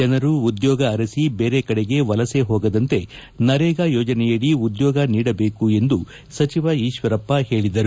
ಜನರು ಉದ್ಯೊಗ ಆರಸಿ ಬೇರೆ ಕಡೆಗೆ ವಲಸೆ ಹೋಗದಂತೆ ನರೇಗಾ ಯೋಜನೆಯಡಿ ಉದ್ಯೋಗ ನೀಡಬೇಕು ಎಂದು ಸಚಿವ ಈಶ್ವರಪ್ಪ ಹೇಳದರು